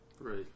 Right